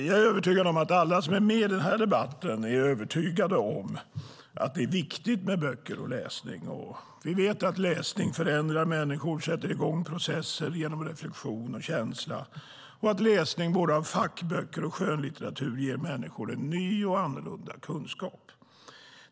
Jag är övertygad om att alla som är med i den här debatten tycker att det är viktigt med böcker och läsning. Vi vet att läsning förändrar människor och sätter i gång processer genom reflexion och känsla. Läsning av både fackböcker och skönlitteratur ger människor en ny och annorlunda kunskap.